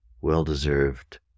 Well-deserved